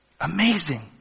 Amazing